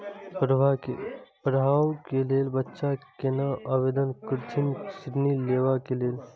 पढ़वा कै लैल बच्चा कैना आवेदन करथिन ऋण लेवा के लेल?